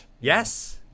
yes